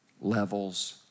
levels